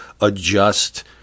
adjust